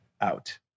out